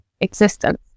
existence